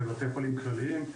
ובתי חולים כלליים.